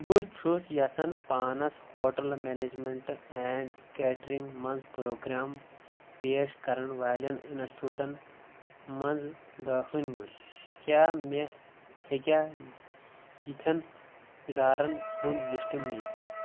بہٕ چھُس یژھان پانَس ہوٹل میٚنیجمیٚنٛٹ اینٛڈ کیٹرِنٛگ مَنٛز پروگرام پیش کرن والٮ۪ن انسچوٗٹن مَنٛز دٲخلہ نیُن کیا مےٚ ہیٚکیا یِتھیٚن اِدارن ہُنٛد لسٹ میٖلِتھ